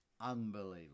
unbelievable